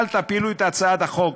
אל תפילו את הצעת החוק,